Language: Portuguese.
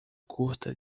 curta